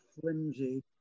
flimsy